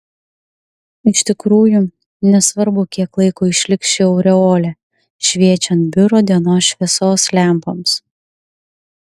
iš tikrųjų nesvarbu kiek laiko išliks ši aureolė šviečiant biuro dienos šviesos lempoms